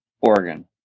Oregon